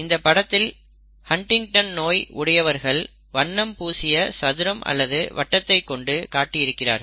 இந்த படத்தில் ஹன்டிங்டன் நோய் உடையவர்கள் வண்ணம் பூசிய சதுரம் அல்லது வட்டத்தை கொன்று காட்டியிருக்கிறார்கள்